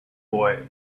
boy